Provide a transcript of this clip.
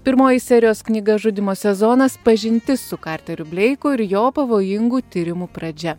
pirmoji serijos knyga žudymo sezonas pažintis su karteriu bleiku ir jo pavojingų tyrimų pradžia